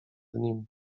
nim